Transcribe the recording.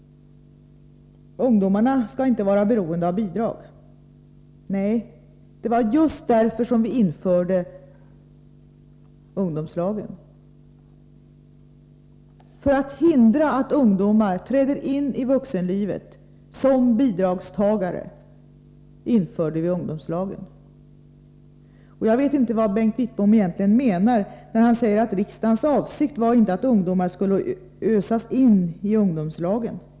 Ungdomarna skall inte vara beroende av bidrag. Nej, det var just därför som vi införde ungdomslagen. För att hindra att ungdomar träder in i vuxenlivet som bidragstagare införde vi ungdomslagen. Jag vet inte vad Bengt Wittbom egentligen menar, när han säger att riksdagens avsikt inte var att ungdomar skulle ösas in i ungdomslagen.